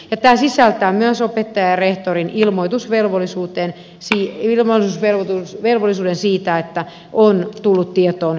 tämä sisältää myös opettajan ja rehtorin ilmoitusvelvollisuuden siitä että on tullut tietoon kiusaamistapaus